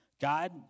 God